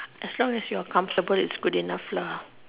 as long as you are comfortable it's good enough lah